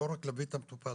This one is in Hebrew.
לא רק להביא את המטופל,